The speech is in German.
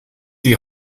die